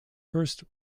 first